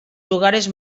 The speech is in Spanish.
lugares